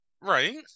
Right